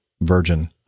Virgin